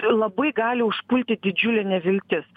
labai gali užpulti didžiulė neviltis